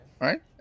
right